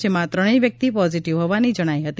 જેમાં આ ત્રણેય વ્યક્તિ પોઝીટીવ હોવાની જણાઇ હતી